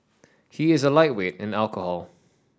he is a lightweight in alcohol